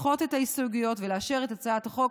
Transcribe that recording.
לדחות את ההסתייגויות ולאשר את הצעת החוק